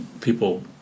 people